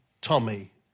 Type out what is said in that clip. Tommy